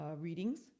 readings